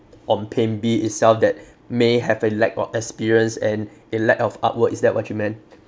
on paint B itself that may have a lack of experience and a lack of artwork is that what you meant